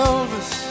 Elvis